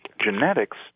genetics